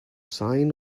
sign